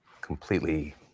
completely